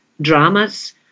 dramas